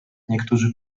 niektórzy